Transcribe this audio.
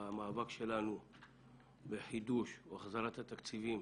במאבק שלנו לחידוש או החזרת התקציבים